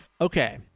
Okay